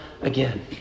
again